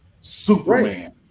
Superman